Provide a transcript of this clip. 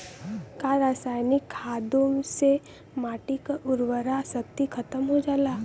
का रसायनिक खादों से माटी क उर्वरा शक्ति खतम हो जाला?